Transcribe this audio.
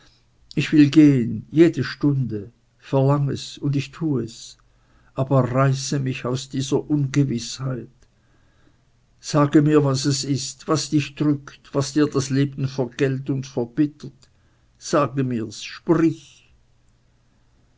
ich will gehen jede stunde verlang es und ich tu es aber reiße mich aus dieser ungewißheit sage mir was es ist was dich drückt was dir das leben vergällt und verbittert sage mir's sprich